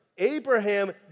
Abraham